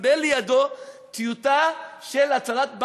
הוא קיבל לידו טיוטה של הצהרת בלפור,